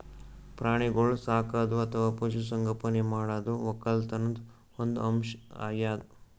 ಪ್ರಾಣಿಗೋಳ್ ಸಾಕದು ಅಥವಾ ಪಶು ಸಂಗೋಪನೆ ಮಾಡದು ವಕ್ಕಲತನ್ದು ಒಂದ್ ಅಂಶ್ ಅಗ್ಯಾದ್